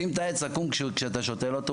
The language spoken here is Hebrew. שים את העץ עקום כשאתה שותל אותו,